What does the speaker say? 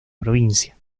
provincia